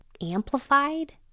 amplified